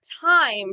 time